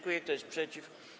Kto jest przeciw?